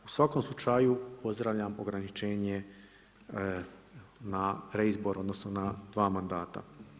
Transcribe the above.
U svakom slučaju pozdravljam ograničenje na reizboru odnosno na dva mandata.